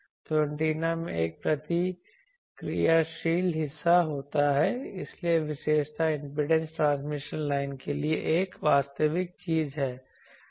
तो एंटीना में एक प्रतिक्रियाशील हिस्सा होता है इसलिए विशेषता इम्पीडेंस ट्रांसमिशन लाइन के लिए एक वास्तविक चीज है